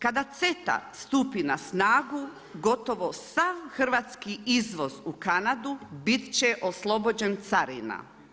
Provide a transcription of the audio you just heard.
Kada CETA stupi na snagu, gotovo sav hrvatski izvoz u Kanadu, bit će oslobođen carina.